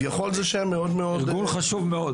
ארגון חשוב מאוד.